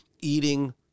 eating